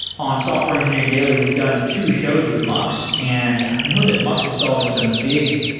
on software engineering daily, we've done two shows with mux and i know that mux is solving some big,